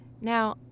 Now